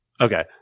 Okay